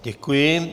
Děkuji.